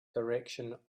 direction